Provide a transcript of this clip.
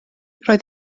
roedd